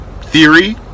theory